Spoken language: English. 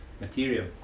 material